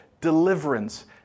Deliverance